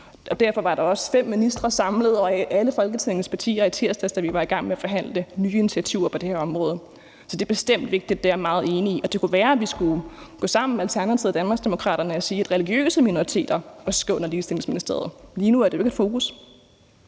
derfor var fem ministre og alle Folketingets partier samlet i tirsdags, da vi var i gang med at forhandle nye initiativer på det her område. Så det er bestemt vigtigt; det er jeg meget enig i, og det kunne være, at vi, Alternativet og Danmarksdemokraterne, skulle gå sammen og sige, at religiøse minoriteter også skal under Ligestillingsministeriet. Lige nu er det jo ikke et fokus.